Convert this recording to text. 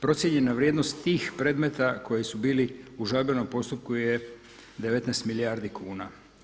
Procijenjena vrijednost tih predmeta koji su bili u žalbenom postupku je 19 milijardi kuna.